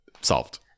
solved